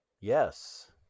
Yes